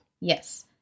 Yes